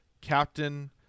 captain